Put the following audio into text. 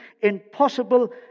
impossible